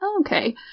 Okay